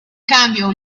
cambio